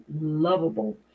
lovable